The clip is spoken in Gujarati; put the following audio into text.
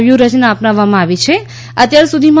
વ્યૂહ રચના અપનાવવામાં આવી છાઅત્યારસુધીમાં